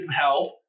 help